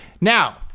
Now